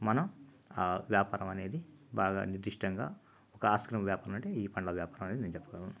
మనం ఆ వ్యాపారం అనేది బాగా నిర్దిష్టంగా ఒక ఆస్కారం వ్యాపారం అంటే ఈ పండ్ల వ్యాపారం అని నేను చెప్తాను